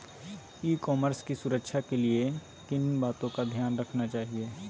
ई commerce की सुरक्षा के लिए किन बातों का ध्यान रखना चाहिए?